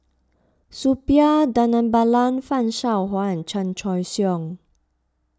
Suppiah Dhanabalan Fan Shao Hua and Chan Choy Siong